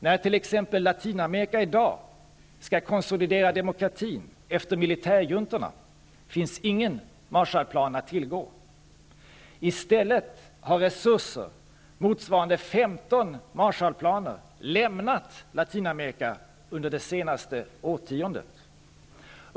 När t.ex. Latinamerika i dag skall konsolidera demokratin efter militärjuntorna, finns ingen Marshallplan att tillgå. I stället har resurser motsvarande 15 Marshallplaner lämnat Latinamerika under det senaste årtiondet.